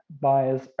buyers